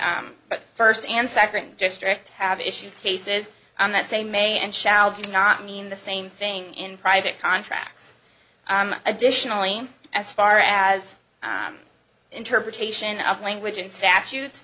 but first and second district have issued cases on that same may and shall do not mean the same thing in private contracts additionally as far as interpretation of language and statutes